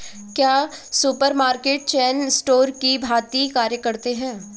क्या supermarket chain store की भांति कार्य करते हैं?